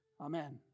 Amen